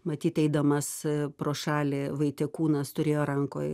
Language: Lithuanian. matyt eidamas pro šalį vaitekūnas turėjo rankoj